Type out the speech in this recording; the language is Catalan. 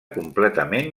completament